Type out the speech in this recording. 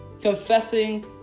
Confessing